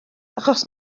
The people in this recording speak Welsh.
achos